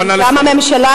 נא לסיים.